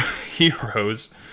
heroes